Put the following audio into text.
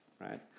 right